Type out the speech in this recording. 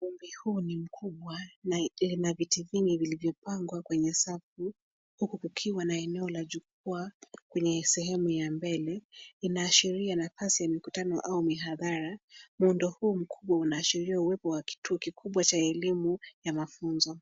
Ukumbi huu ni mkubwa na lina viti vingi vilivyopangwa kwenye safu huku kukiwa na eneo la jukwaa kwenye sehemu ya mbele, inaashiria nafasi ya mkutano au mihadhara muundo huu mkubwa unaashiria uwepo wa kituo kikubwa cha elimu ya mafunzo.